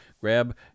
Grab